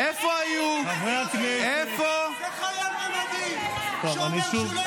זה חייל במדים שאומר שהוא לא יקשיב למפקד שלו.